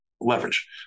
leverage